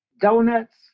donuts